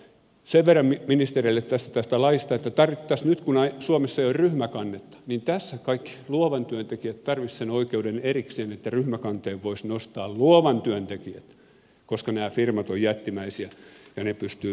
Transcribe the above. sen verran ministereille tästä laista että nyt kun suomessa ei ole ryhmäkannetta niin tässä kaikki luovan työn tekijät tarvitsisivat erikseen sen oikeuden että ryhmäkanteen voisi nostaa luovan työn tekijät koska nämä firmat ovat jättimäisiä ja ne pystyvät tuhoamaan kenet vain